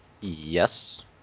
yes